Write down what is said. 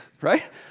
right